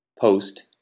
post